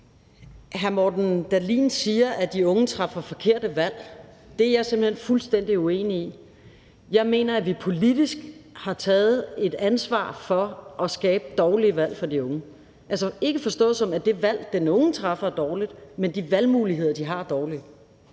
Hr. Morten Dahlin siger, at de unge træffer forkerte valg. Det er jeg simpelt hen fuldstændig uenig i. Jeg mener, vi politisk har taget et ansvar for at skabe dårlige valg for de unge, ikke forstået, som at det valg, den unge træffer, er dårligt, men at de valgmuligheder, de har, er dårlige.